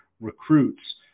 recruits